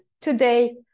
today